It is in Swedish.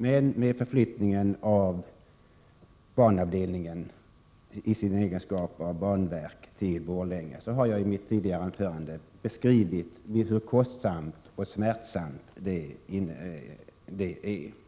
Men i mitt tidigare anförande beskrev jag hur kostsam och smärtsam förflyttningen av banavdelningen, då som banverk, blir.